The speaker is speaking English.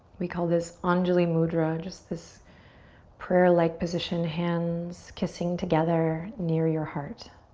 we call this anjuli mudra. just this prayer-like position, hands kissing together near your heart.